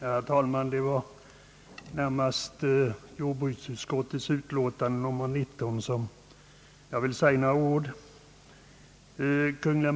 Herr talman! Det är närmast jordbruksutskottets utlåtande nr 19 som jag vill säga några ord om.